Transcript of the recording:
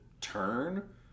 turn